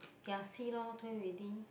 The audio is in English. ya see lor I told you already